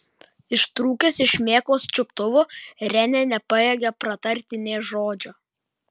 ištrūkęs iš šmėklos čiuptuvų renė nepajėgė pratarti nė žodžio